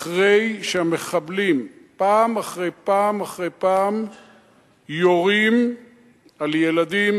אחרי שהמחבלים פעם אחרי פעם אחרי פעם יורים על ילדים,